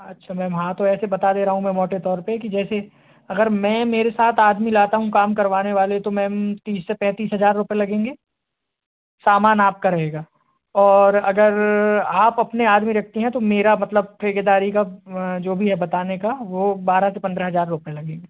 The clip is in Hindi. अच्छा मैम हाँ तो ऐसे बता दे रहा हूँ मैं मोटे तौर पर कि जैसे अगर मैं मेरे साथ आदमी लाता हूँ काम करवाने वाले तो मैम तीस से पैंतीस हजार रुपये लगेंगे सामान आपका रहेगा और अगर आप अपने आदमी रखती हैं तो मेरा मतलब ठेकेदारी का जो भी है बताने का वो बारह से पन्द्रह हजार रुपये लगेंगे